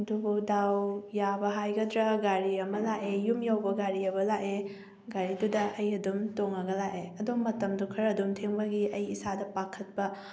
ꯑꯗꯨꯕꯨ ꯗꯥꯎ ꯌꯥꯕ ꯍꯥꯏꯒꯗ꯭ꯔꯥ ꯒꯥꯔꯤ ꯑꯃ ꯂꯥꯛꯑꯦ ꯌꯨꯝ ꯌꯧꯕ ꯒꯥꯔꯤ ꯑꯃ ꯂꯥꯛꯑꯦ ꯒꯥꯔꯤꯗꯨꯗ ꯑꯩ ꯑꯗꯨꯝ ꯇꯣꯡꯉꯒ ꯂꯥꯛꯑꯦ ꯑꯗꯣ ꯃꯇꯝꯗꯣ ꯈꯔ ꯑꯗꯨꯝ ꯊꯦꯉꯕꯒꯤ ꯑꯩ ꯏꯁꯥꯗ ꯄꯥꯈꯠꯄ